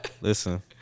Listen